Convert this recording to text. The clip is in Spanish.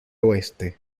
oeste